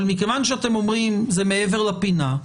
אבל מכיוון שאתם אומרים שזה מעבר לפינה,